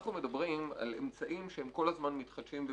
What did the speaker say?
אנחנו מדברים על אמצעים שהם כל הזמן מתחדשים ומשתנים.